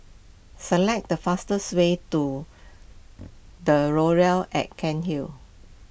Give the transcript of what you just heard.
select the fastest way to the Laurels at Cairnhill